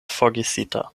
forgesita